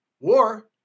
war